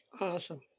Awesome